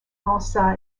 lança